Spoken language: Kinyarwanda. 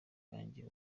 wanjye